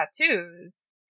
tattoos